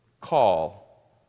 call